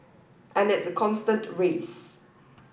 and it's a constant race